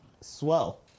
swell